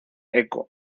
eco